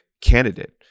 candidate